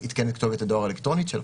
עדכן את כתובת הדואר האלקטרונית שלו.